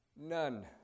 None